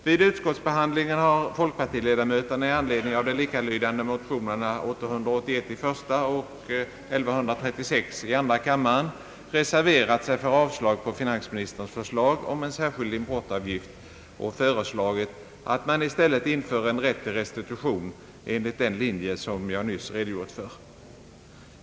Vid utskottsbehandlingen har folkpartiledamöterna i anledning av de likalydande motionerna I: 881 och II: 1136 reserverat sig för avslag på finansministerns förslag om en särskild importavgift, och föreslagit att man i stället inför rätt till restitution enligt den linje som jag nyss redogjort för.